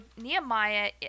Nehemiah